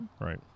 right